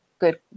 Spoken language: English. good